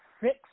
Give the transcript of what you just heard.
six